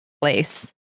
place